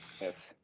Yes